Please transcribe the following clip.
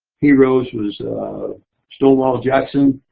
heroes was stonewall jackson,